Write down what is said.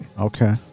Okay